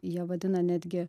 jie vadina netgi